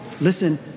listen